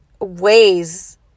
ways